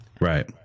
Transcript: Right